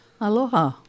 Aloha